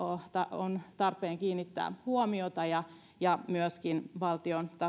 on tarpeen kiinnittää huomiota ja ja valtion taholta